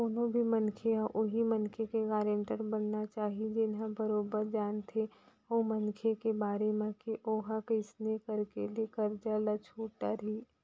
कोनो भी मनखे ह उहीं मनखे के गारेंटर बनना चाही जेन ह बरोबर जानथे ओ मनखे के बारे म के ओहा कइसनो करके ले करजा ल छूट डरही